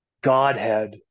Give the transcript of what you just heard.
Godhead